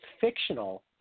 fictional